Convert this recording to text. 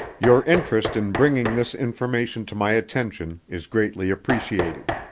your interest in bringing this information to my attention is greatly appreciated.